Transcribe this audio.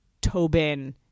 Tobin